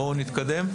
בואו נתקדם.